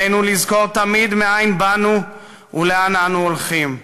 עלינו לזכור תמיד מהיכן באנו ולאן אנחנו הולכים.